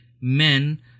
men